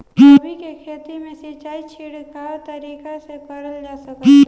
गोभी के खेती में सिचाई छिड़काव तरीका से क़रल जा सकेला?